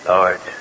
Lord